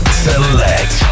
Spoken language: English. select